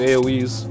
Aoes